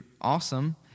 awesome